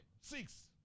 six